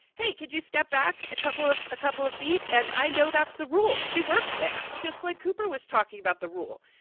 hey, could you step back a couple of a couple of feet? and i know that's the rule. she worked there just like cooper was talking about the rule.